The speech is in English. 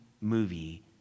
movie